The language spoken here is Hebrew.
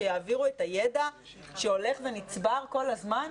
שיעבירו את הידע שהולך ונצבר כל הזמן?